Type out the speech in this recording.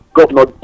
Governor